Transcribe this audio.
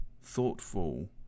thoughtful